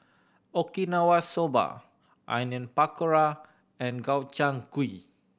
Okinawa Soba Onion Pakora and Gobchang Gui